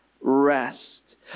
Rest